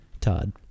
Todd